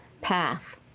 path